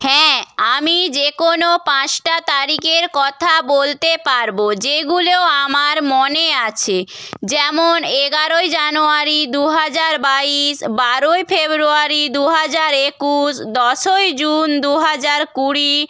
হ্যাঁ আমি যে কোনো পাঁচটা তারিখের কথা বলতে পারব যেগুলো আমার মনে আছে যেমন এগারোই জানুয়ারি দু হাজার বাইশ বারোই ফেব্রুয়ারি দু হাজার একুশ দশই জুন দু হাজার কুড়ি